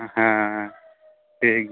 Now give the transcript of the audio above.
ᱦᱮᱸ ᱴᱷᱤᱠ ᱜᱮᱭᱟ